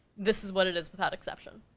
this is what it is without exception.